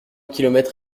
kilomètre